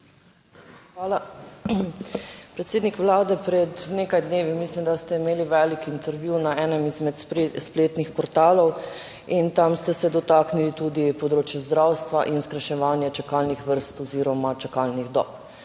Hvala. Predsednik Vlade! Pred nekaj dnevi, mislim, da ste imeli velik intervju na enem izmed spletnih portalov in tam ste se dotaknili tudi področja zdravstva in skrajševanje čakalnih vrst oziroma čakalnih dob.